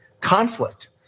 conflict